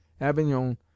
Avignon